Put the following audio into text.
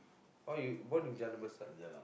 orh you born in Jalan-Besar